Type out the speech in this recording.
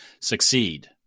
succeed